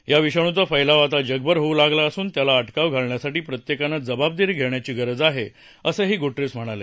या विषाणूचा फैलाव आता जगभर होऊ लागला असून त्याला अटकाव घालण्यासाठी प्रत्येकानं जबाबदारी घेण्याची गरज आहे असंही गुटेरस म्हणाले